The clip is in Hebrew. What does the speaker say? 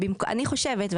אני חושבת,